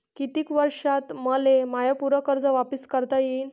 कितीक वर्षात मले माय पूर कर्ज वापिस करता येईन?